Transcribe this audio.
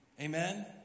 Amen